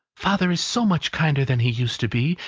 father is so much kinder than he used to be,